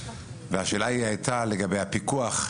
והשאלה היתה לגבי הפיקוח,